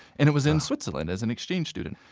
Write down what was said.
and it was in switzerland as an exchange student.